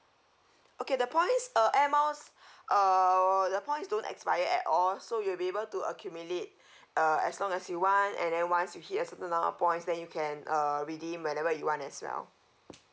okay the points uh air miles uh the points don't expire at all so you'll be able to accumulate uh as long as you want and then once you hit a certain number of points that you can uh redeem whenever you want as well